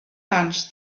lunch